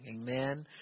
Amen